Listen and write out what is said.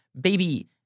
baby